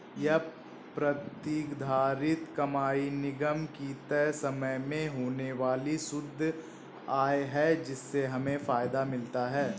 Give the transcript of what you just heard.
ये प्रतिधारित कमाई निगम की तय समय में होने वाली शुद्ध आय है जिससे हमें फायदा मिलता है